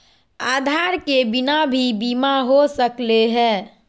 आधार के बिना भी बीमा हो सकले है?